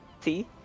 see